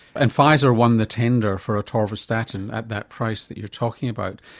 and pfizer won the tender for atorvastatin at that price that you're talking about.